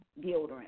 deodorant